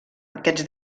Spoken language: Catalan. aquests